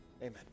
Amen